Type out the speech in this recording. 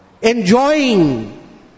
enjoying